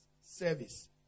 service